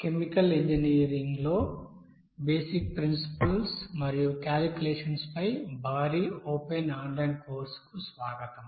chemical engineering లో basic principles మరియు calculations పై భారీ ఓపెన్ ఆన్లైన్ కోర్సుకు స్వాగతం